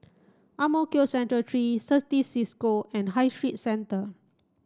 Ang Mo Kio Central three Certis Cisco and High Street Centre